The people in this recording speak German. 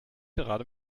gerade